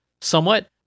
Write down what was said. somewhat